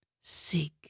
seek